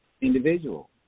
individual